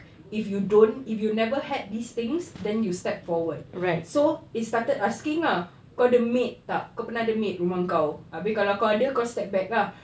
if you don't if you never had these things then you step forward so they started asking ah kau ada maid tak kau pernah ada maid rumah kau abeh kalau kau ada kau step back